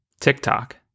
TikTok